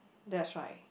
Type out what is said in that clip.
that's right